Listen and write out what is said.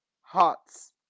hearts